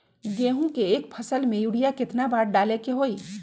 गेंहू के एक फसल में यूरिया केतना बार डाले के होई?